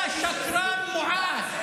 אתה שקרן מועד.